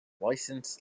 licensed